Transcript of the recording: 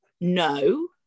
No